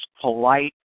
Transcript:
polite